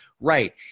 right